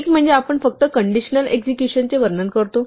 एक म्हणजे आपण फक्त कण्डिशनल एक्सिक्युशन चे वर्णन करतो